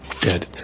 dead